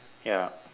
ya